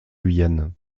guyane